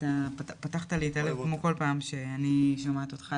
אתה פתחת לי את הלב כמו כל פעם שאני שומעת אותך.